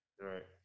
Right